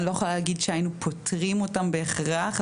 אני לא יכולה להגיד שהיינו פותרים אותם בהכרח,